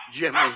Jimmy